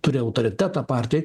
turi autoritetą partijoj